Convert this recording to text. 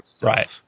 Right